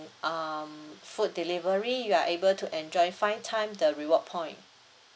um food delivery you are able to enjoy five time the reward point